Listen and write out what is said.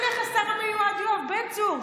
לאן ילך השר המיועד יואב בן צור,